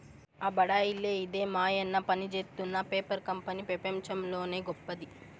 ఆ బడాయిలే ఇదే మాయన్న పనిజేత్తున్న పేపర్ కంపెనీ పెపంచంలోనే గొప్పది